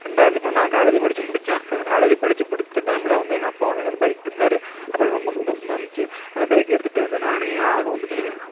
ரெண்டாயிரத்தி அப்போ தான் நான் காலேஜே படித்து முடித்தேன் ஸோ காலேஜ் படித்து முடித்த டைமில் வந்து எங்கள் அப்பா வந்து எனக்கு பைக் கொடுத்தாரு அப்போ எனக்கு ரொம்ப சந்தோசமாக இருந்துச்சு அந்த பைக்கை எடுத்துட்டு வந்து நானும் என் ஆளும்